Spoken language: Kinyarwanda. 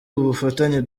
ubufatanye